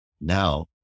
Now